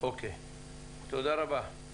תודה רבה.